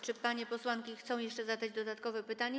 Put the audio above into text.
Czy panie posłanki chcą jeszcze zadać dodatkowe pytanie?